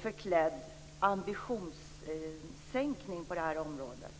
förklädd ambitionssänkning på det här området.